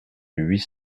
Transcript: huit